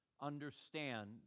understand